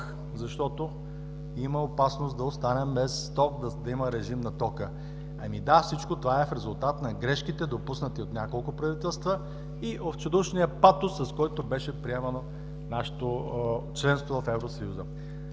защото има опасност да останем без ток, да има режим на тока. Ами, да, всичко това е в резултат на грешките, допуснати от няколко правителства и овчедушния патос, с който беше приемано нашето членство в Евросъюза.